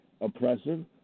oppressive